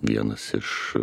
vienas iš